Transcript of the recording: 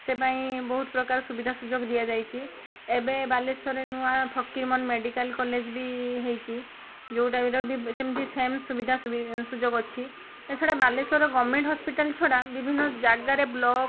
ସେ ପାଇଁ ବହୁତ ପ୍ରକାର ସୁବିଧା ସୁଯୋଗ ଦିଆଯାଇଛି ଏବେ ବାଲେଶ୍ୱରରେ ନୂଆ ଫକୀରମୋହନ ମେଡ଼ିକାଲ କଲେଜ ବି ହେଇଛି ଯେଉଁ ଟାଇପ୍ର ସେମିତି ସେମ୍ ସୁବିଧା ସୁଯୋଗ ଅଛି ତା'ଛଡ଼ା ବାଲେଶ୍ୱର ଗଭର୍ନମେଣ୍ଟ ହସ୍ପିଟାଲ ଛଡ଼ା ବିଭିନ୍ନ ଜାଗାରେ ବ୍ଲକ୍